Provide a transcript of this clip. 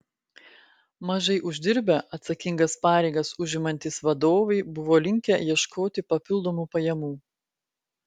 mažai uždirbę atsakingas pareigas užimantys vadovai buvo linkę ieškoti papildomų pajamų